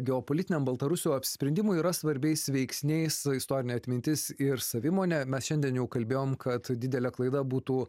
geopolitiniam baltarusių apsisprendimui yra svarbiais veiksniais istorinė atmintis ir savimonė mes šiandien jau kalbėjom kad didelė klaida būtų